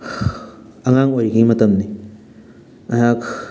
ꯑꯉꯥꯡ ꯑꯣꯏꯔꯤꯉꯩ ꯃꯇꯝꯅꯤ ꯑꯩꯍꯥꯛ